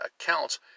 accounts